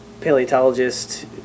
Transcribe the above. paleontologist